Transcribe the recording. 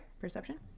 Perception